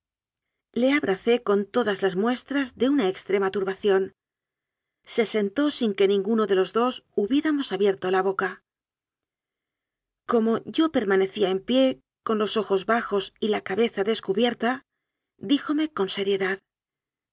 le abracé con tedas las muestras de una extrema turbación se sentó sin que ninguno de los dos hubiéramos abierto la boca como yo permanecía en pie con los ojos bajos y la cabeza descubierta di jome con seriedad